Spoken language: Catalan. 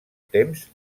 temps